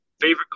Favorite